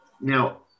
Now